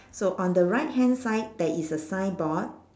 so on the right hand side there is a signboard